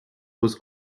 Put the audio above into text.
was